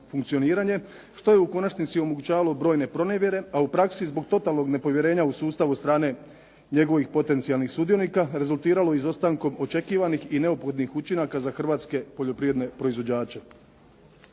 što je u konačnici omogućavalo brojne pronevjere a u praksi zbog totalnog nepovjerenja u sustavu od strane njegovih potencijalnih sudionika rezultiralo izostankom očekivanih i neophodnih učinaka za hrvatske poljoprivredne proizvođače.